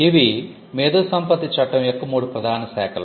ఇవి మేధో సంపత్తి చట్టం యొక్క మూడు ప్రధాన శాఖలు